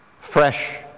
fresh